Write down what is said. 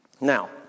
Now